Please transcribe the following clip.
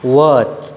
वच